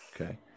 Okay